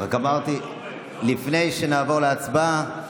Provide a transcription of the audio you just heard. לפני שנעבור להצבעה,